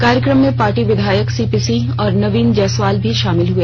कार्यक्रम में पार्टी विधायक सीपी सिंह और नवीन जयसवाल भी शामिल हुए